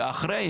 ואחרי,